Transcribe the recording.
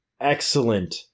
excellent